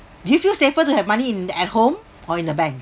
do you feel safer to have money in at home or in the bank